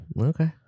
Okay